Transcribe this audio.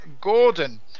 Gordon